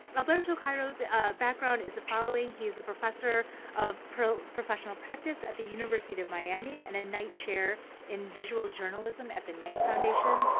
alberto cairo's background is the following. he is a professor of professional practice at the university of miami, and a knight chair in visual journalism at the knight foundation.